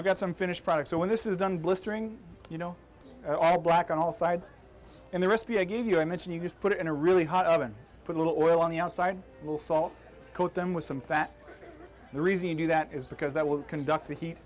i got some finished products so when this is done blistering you know all black on all sides and the recipe i gave you i mentioned you just put it in a really hot oven put a little oil on the outside it will soften them with some fat the reason you do that is because that will conduct he